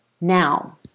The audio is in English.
now